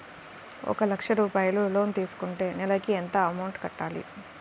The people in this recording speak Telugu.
ఒక లక్ష రూపాయిలు లోన్ తీసుకుంటే నెలకి ఎంత అమౌంట్ కట్టాలి?